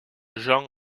jean